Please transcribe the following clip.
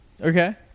Okay